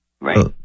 Right